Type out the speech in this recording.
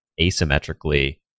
asymmetrically